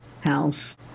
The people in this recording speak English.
house